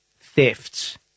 thefts